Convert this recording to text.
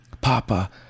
Papa